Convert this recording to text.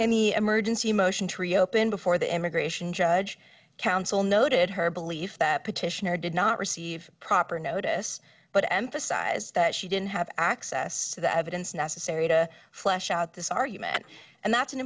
any emergency motion to reopen before the immigration judge counsel noted her belief that petitioner did not receive proper notice but emphasize that she didn't have access to the evidence necessary to flesh out this argument and that's an